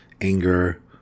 anger